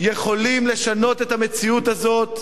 יכולים לשנות את המציאות הזאת.